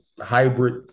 hybrid